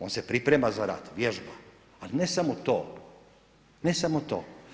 On se priprema za rat, vježba, a ne samo to, ne samo to.